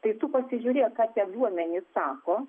tai tu pasižiūrėk ką tie duomenys sako